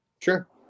Sure